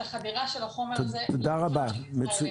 החדירה של החומר הזה לגופם של ישראלים.